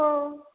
हो